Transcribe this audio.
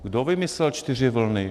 Kdo vymyslel čtyři vlny?